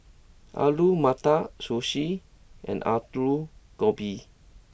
Alu Matar Sushi and Alu Gobi